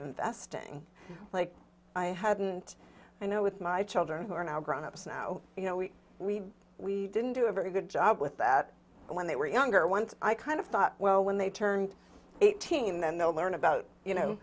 investing like i hadn't you know with my children who are now grown ups and you know we we we didn't do a very good job with that when they were younger once i kind of thought well when they turned eighteen then they'll learn about you know